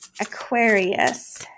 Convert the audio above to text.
Aquarius